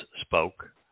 spoke